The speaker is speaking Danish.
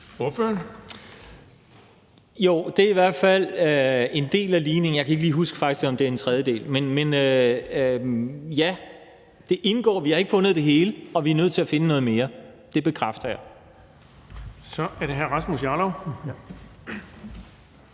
det er i hvert fald en del af ligningen. Jeg kan faktisk ikke lige huske, om det er en tredjedel, men ja, det indgår. Vi har ikke fundet det hele, og vi er nødt til at finde noget mere; det bekræfter jeg. Kl. 13:20 Den fg. formand